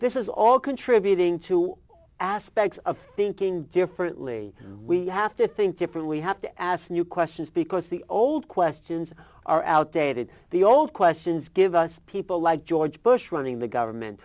this is all contributing to aspects of thinking differently we have to think different we have to ask new questions because the old questions are outdated the old questions give us people like george bush running the government